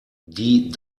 die